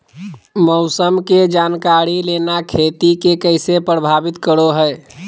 मौसम के जानकारी लेना खेती के कैसे प्रभावित करो है?